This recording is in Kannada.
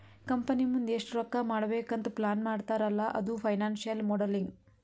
ಕಂಪನಿ ಮುಂದ್ ಎಷ್ಟ ರೊಕ್ಕಾ ಮಾಡ್ಬೇಕ್ ಅಂತ್ ಪ್ಲಾನ್ ಮಾಡ್ತಾರ್ ಅಲ್ಲಾ ಅದು ಫೈನಾನ್ಸಿಯಲ್ ಮೋಡಲಿಂಗ್